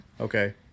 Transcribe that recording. Okay